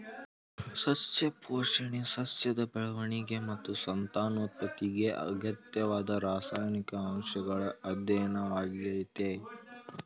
ಸಸ್ಯ ಪೋಷಣೆ ಸಸ್ಯದ ಬೆಳವಣಿಗೆ ಮತ್ತು ಸಂತಾನೋತ್ಪತ್ತಿಗೆ ಅಗತ್ಯವಾದ ರಾಸಾಯನಿಕ ಅಂಶಗಳ ಅಧ್ಯಯನವಾಗಯ್ತೆ